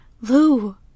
Lou